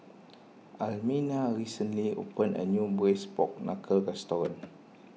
Almina recently opened a new Braised Pork Knuckle restaurant